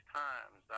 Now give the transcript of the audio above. times